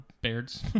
beards